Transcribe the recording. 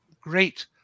great